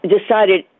decided